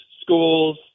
schools